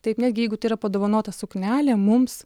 taip netgi jeigu tai yra padovanota suknelė mums